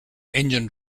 engine